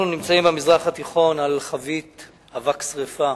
אנחנו נמצאים במזרח התיכון על חבית אבק שרפה